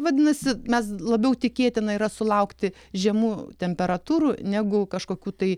vadinasi mes labiau tikėtina yra sulaukti žemų temperatūrų negu kažkokių tai